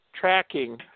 tracking